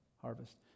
Harvest